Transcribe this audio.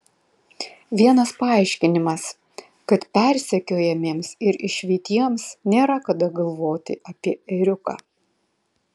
vienas paaiškinimas kad persekiojamiems ir išvytiems nėra kada galvoti apie ėriuką